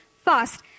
fast